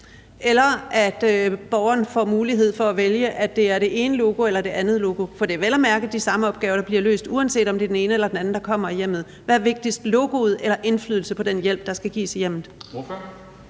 eller at borgeren får mulighed for at vælge, at det er det ene logo eller det andet logo? For det er vel at mærke de samme opgaver, der bliver løst, uanset om det er den ene eller den anden, der kommer i hjemmet. Hvad er vigtigst – logoet eller indflydelse på den hjælp, der skal gives i hjemmet?